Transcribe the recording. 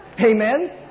Amen